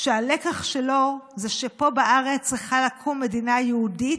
שהלקח שלו זה שפה בארץ צריכה לקום מדינה יהודית.